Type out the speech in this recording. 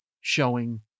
showing